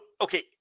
Okay